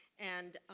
and